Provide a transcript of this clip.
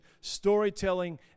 storytelling